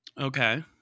Okay